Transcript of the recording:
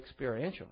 experientially